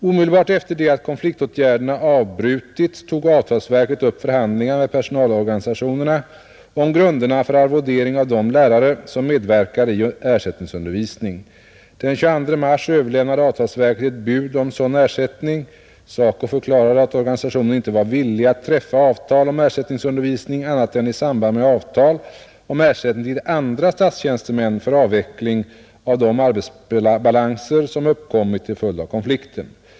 Omedelbart efter det att konfliktåtgärderna avbrutits tog avtalsverket upp förhandlingar med personalorganisationerna om grunderna för arvodering av de lärare som medverkar i ersättningsundervisning. Den 22 mars överlämnade avtalsverket ett bud om sådan ersättning. SACO förklarade att organisationen inte var villig att träffa avtal om ersättningsundervisning annat än i samband med avtal om ersättning till andra statstjänstemän för avveckling av de arbetsbalanser som uppkommit till följd av konflikten.